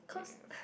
cause >